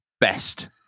best